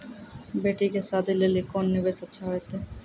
बेटी के शादी लेली कोंन निवेश अच्छा होइतै?